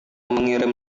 mengirim